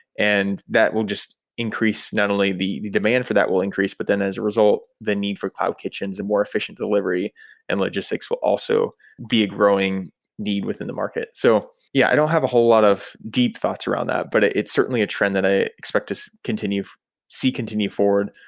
and that will just increase not only the the demand for that will increase, but then as a result, the need for cloud kitchens and more efficient delivery and logistics will also be a growing need within the market. so, yeah. i don't have a whole lot of deep thoughts around that, but it's certainly a trend that i expect to see continue see continue forward.